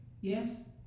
Yes